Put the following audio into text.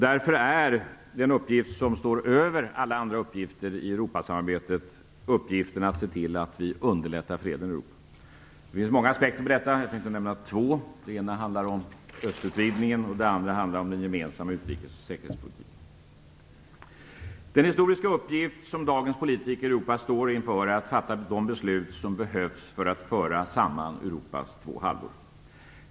Därför är den uppgift som står över alla andra uppgifter i Europasamarbetet den att se till att vi underlättar freden i Europa. Det finns många aspekter på detta. Jag tänkte nämna två: Den ena gäller östutvidgningen och den andra gäller den gemensamma utrikes och säkerhetspolitiken. Den historiska uppgift som dagens politiker i Europa står inför är att fatta de beslut som behövs för att föra samman Europas två halvor.